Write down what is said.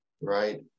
right